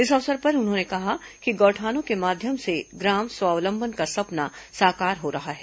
इस अवसर पर उन्होंने कहा कि गौठानों के माध्यम से ग्राम स्वावलंबन का सपना साकार हो रहा है